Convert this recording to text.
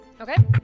Okay